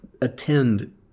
attend